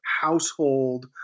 household